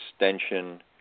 extension